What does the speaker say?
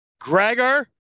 Gregor